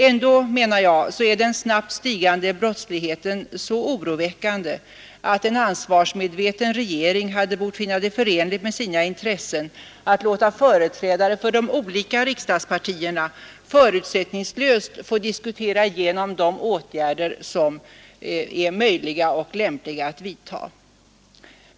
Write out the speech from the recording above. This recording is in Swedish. Jag menar emellertid att den snabbt stigande brottsligheten är så oroväckande att en ansvarsmedveten regering hade bort finna det förenligt med sina intressen att låta företrädare för de sättningslöst få diskutera igenom de åtgärder olika riksdagspartierna föru som är möjliga och lämpliga att vidtaga.